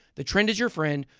the trend is your friend.